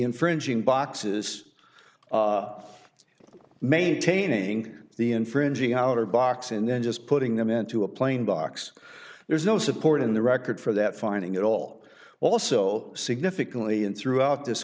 infringing boxes maintaining the infringing outer box and then just putting them into a plain box there's no support in the record for that finding at all also significantly and throughout this